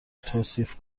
توصیف